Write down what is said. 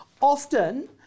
Often